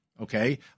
okay